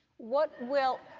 what will,